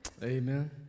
Amen